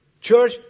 Church